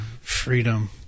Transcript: Freedom